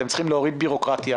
אתם צריכים להוריד בירוקרטיה.